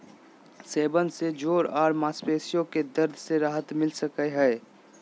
सेवन से जोड़ आर मांसपेशी के दर्द से राहत मिल सकई हई